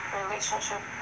relationship